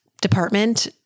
department